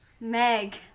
Meg